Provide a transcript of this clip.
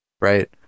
right